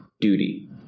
duty